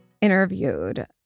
interviewed